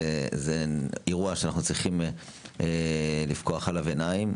אירוע שאנחנו צריכים לפקוח עליו עיניים,